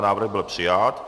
Návrh byl přijat.